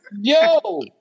Yo